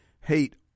hate